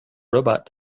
robot